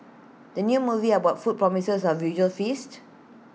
the new movie about food promises A visual feast